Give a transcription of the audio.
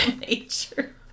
nature